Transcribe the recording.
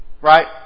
Right